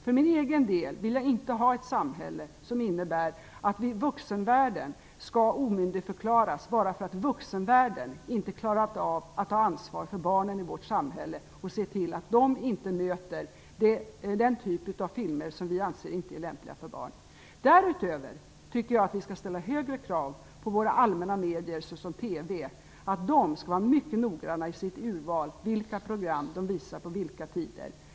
För min egen del vill jag inte ha ett samhälle där vi i vuxenvärlden omyndigförklaras bara för att vuxenvärlden inte klarar av att ta ansvar för barnen och se till att de inte möter den typ av filmer vi anser inte är lämpliga för barn. Därutöver tycker jag att vi skall ställa högre krav på våra allmänna medier såsom TV, att de skall vara mycket noggranna i sitt urval av vilka program de visar på olika tider.